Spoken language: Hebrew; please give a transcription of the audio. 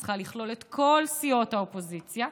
צריך לכלול את כל סיעות האופוזיציה,